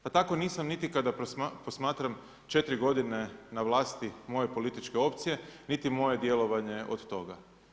Pa tako nisam niti kada posmatram 4 godine na vlasti moje političke opcije niti moje djelovanje od toga.